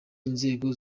inzego